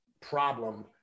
problem